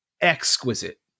exquisite